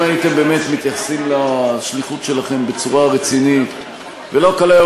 אם הייתם מתייחסים לשליחות שלכם בצורה רצינית ולא כל היום